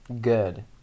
Good